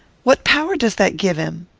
what power does that give him?